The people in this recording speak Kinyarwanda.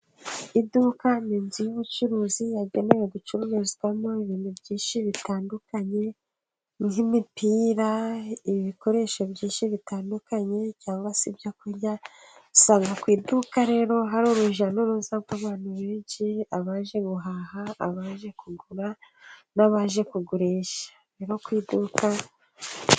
Iduka ni inzu y'ubucuruzi yagenewe gucururizwamo ibintu byinshi bitandukanye, nk'imipira ibikoresho byinshi bitandukanye, cyangwa se ibyo kurya, usanga ku iduka rero hari urujya n'uruza rw'abantu benshi, abaje guhaha, abaje kugura, n'abaje kugurisha ku iduka.